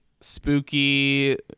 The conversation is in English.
spooky